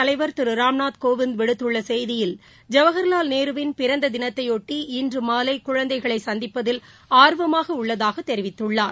தலைவர் திருராம்நாத் கோவிந்த் விடுத்துள்ளசெய்தியில் ஜவஹர்லால் நேருவின் குடியரசுத் பிறந்ததினத்தையொட்டி இன்றுமாலைகுழந்தைகளைசந்திப்பதில் ஆர்வமாகஉள்ளதாகதெரிவித்துள்ளார்